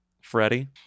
Freddie